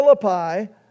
Philippi